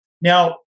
Now